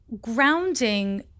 grounding